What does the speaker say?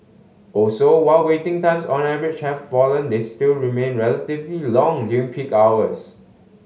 also while waiting times on average have fallen they still remain relatively long during peak hours